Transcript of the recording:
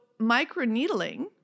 microneedling